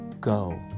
go